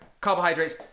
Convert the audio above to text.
carbohydrates